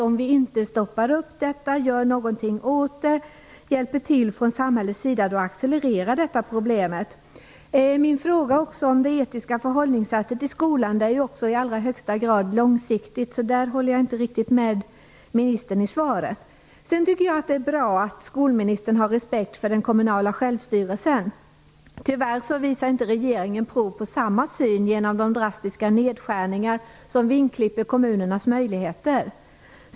Om vi inte stoppar dessa problem, gör någonting åt det och hjälper till från samhällets sida, så accelererar problemen. Det etiska förhållningssättet i skolan är också ett i allra högsta grad långsiktigt problem, så där kan jag inte riktigt instämma i ministerns svar. Det är bra att skolministern har respekt för den kommunala självstyrelsen. Tyvärr visar inte regeringen prov på samma syn genom de drastiska nedskärningar som vingklipper kommunernas möjligheter.